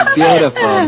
beautiful